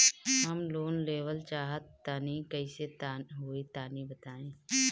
हम लोन लेवल चाह तनि कइसे होई तानि बताईं?